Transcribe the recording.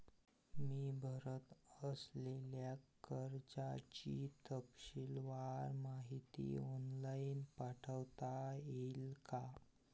मी भरत असलेल्या कर्जाची तपशीलवार माहिती ऑनलाइन पाठवता येईल का?